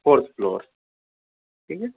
fourth floor ٹھیک ہے